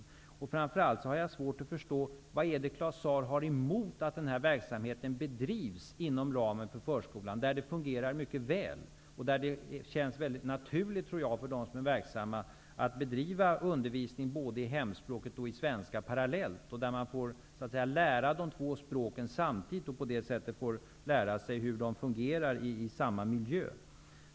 Jag har framför allt svårt att förstå vad Claus Zaar har emot att den här verksamheten bedrivs inom ramen för förskolan, där den fungerar mycket väl, där det känns naturligt för dem som är verksamma att bedriva undervisning i hemspråket och i svenska parallellt och där barnen får lära sig de två språken samtidigt och på det sättet lära sig hur de fungerar i samma miljö.